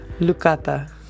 Lucata